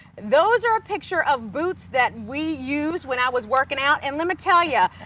those are picture of boots that we used when i was working out. and let me tell yeah